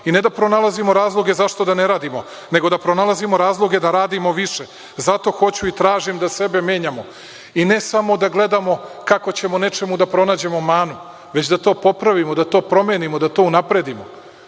i ne da pronalazimo razloge zašto da ne radimo, nego da pronalazimo razloge da radimo više. Zato hoću i tražim da sebe menjamo i ne samo da gledamo kako ćemo nečemu da pronađemo manu, već da to popravimo, da to promenimo, da to unapredimo. Ali,